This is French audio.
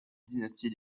dynastie